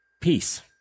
Peace